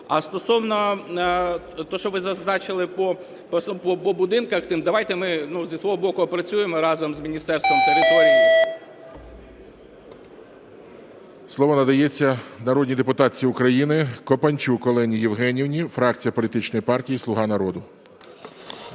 А стосовно того, що ви зазначили по будинках тим, давайте ми зі свого боку опрацюємо разом з Міністерством територій… ГОЛОВУЮЧИЙ. Слово надається народній депутатці України Копанчук Олені Євгенівні, фракція політичної партії "Слуга народу".